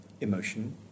emotion